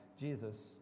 Jesus